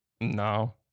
No